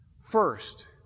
First